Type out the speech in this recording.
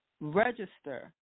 register